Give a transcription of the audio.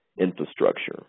infrastructure